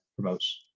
promotes